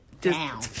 down